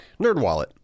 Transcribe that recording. NerdWallet